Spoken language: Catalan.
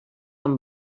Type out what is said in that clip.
amb